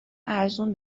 ارزون